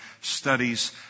studies